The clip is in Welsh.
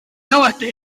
deledu